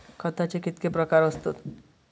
खताचे कितके प्रकार असतत?